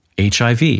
HIV